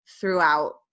throughout